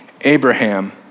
Abraham